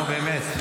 נו, באמת.